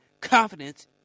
confidence